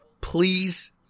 Please